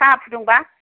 साहा फुदुंबा